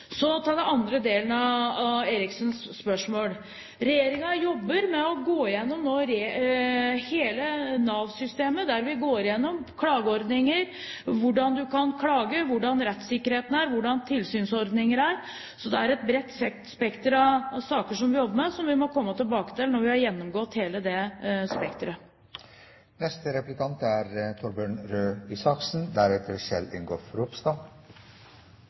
Så til den andre delen av Erikssons spørsmål: Regjeringen jobber med å gå gjennom hele Nav-systemet. Vi går gjennom klageordninger – hvordan man kan klage, hvordan rettssikkerheten er, hvordan tilsynsordninger er. Så det er et bredt spekter av saker som vi jobber med, og som vi må komme tilbake til når vi har gjennomgått hele det